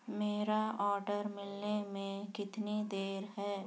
میرا آرڈر مِلنے میں کتنی دیر ہے